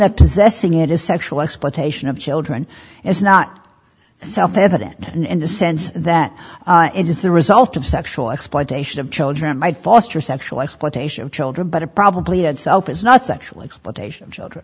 that possessing it is sexual exploitation of children is not self evident and the sense that it is the result of sexual exploitation of children might foster sexual exploitation of children but it probably had self is not sexual exploitation of children